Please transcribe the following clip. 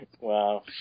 Wow